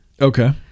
Okay